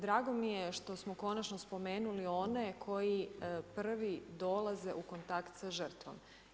Drago mi je što smo konačno spomenuli one koji prvi dolaze u kontakt sa žrtvom.